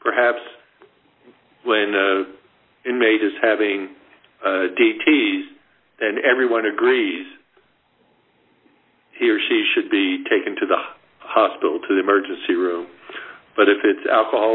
perhaps when the inmate is having d t s and everyone agrees he or she should be taken to the hospital to the emergency room but if it's alcohol